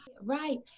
Right